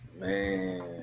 Man